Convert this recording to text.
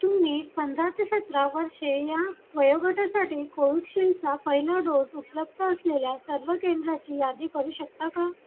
तुम्ही पंधरा ते सतरा वर्षे या वयोगटासाठी कोविडशिलचा पहिला डोस उपलब्ध असलेल्या सर्व केंद्राची यादी करू शकता का